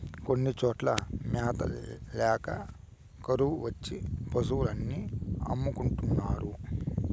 కొన్ని చోట్ల మ్యాత ల్యాక కరువు వచ్చి పశులు అన్ని అమ్ముకుంటున్నారు